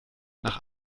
nach